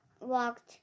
walked